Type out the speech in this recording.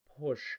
push